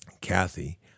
Kathy